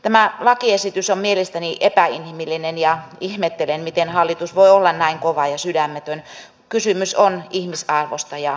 tämä lakiesitys on mielestäni epäinhimillinen ja ihmettelen miten hallitus voi olla näin kova ja sydämetön kysymys on ihmisarvosta ja ihmisoikeuksista